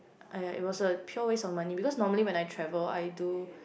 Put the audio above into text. !aiya! it was a pure waste of money because normally when I travel I do